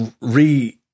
re